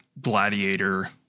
gladiator